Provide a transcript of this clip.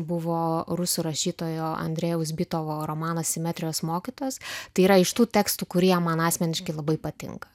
buvo rusų rašytojo andrejaus bitovo romanas simetrijos mokytojas tai yra iš tų tekstų kurie man asmeniškai labai patinka